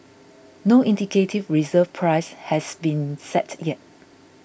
no indicative reserve price has been set yet